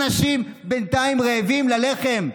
אנשים בינתיים רעבים ללחם.